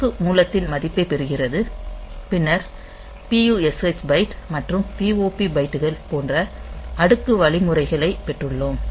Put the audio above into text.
இலக்கு மூலத்தின் மதிப்பைப் பெறுகிறது பின்னர் PUSH பைட் மற்றும் POP பைட்டுகள் போன்ற அடுக்கு வழிமுறைகளைப் பெற்றுள்ளோம்